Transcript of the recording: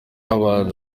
habanje